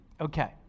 Okay